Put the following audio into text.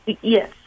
Yes